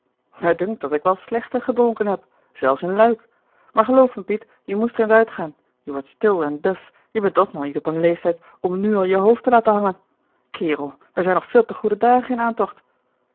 me dunkt dat ik wel slechter gedronken heb zelfs in luik maar geloof me piet je moest er eens uitgaan je wordt stil en duf en je bent toch nog niet op een leeftijd om nu al je hoofd te laten hangen kerel daar zijn nog veel te goede dagen in aantocht